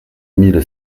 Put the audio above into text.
mille